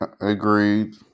Agreed